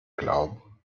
glauben